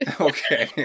Okay